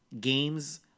games